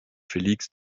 félix